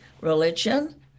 religion